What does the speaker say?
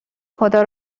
خدا